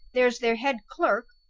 there's their head clerk,